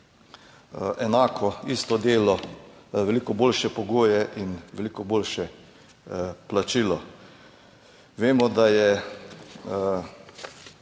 enako, isto delo veliko boljše pogoje in veliko boljše plačilo. Vemo, da je